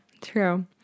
True